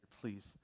please